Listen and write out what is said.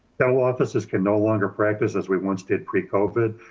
dental offices can no longer practice as we once did pre covid.